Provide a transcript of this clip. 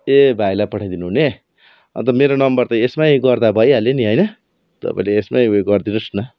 ए भाइलाई पठाइदिनु हुने अन्त मेरो नम्बर त यसमै गर्दा भइहाल्यो नि होइन तपाईँले यसमै उयो गरिदिनुहोस् न